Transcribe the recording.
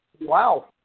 Wow